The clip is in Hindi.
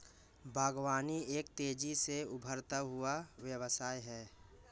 बागवानी एक तेज़ी से उभरता हुआ व्यवसाय है